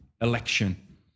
election